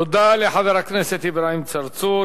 תודה לחבר הכנסת אברהים צרצור.